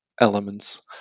elements